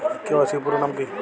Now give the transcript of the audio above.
KYC এর পুরোনাম কী?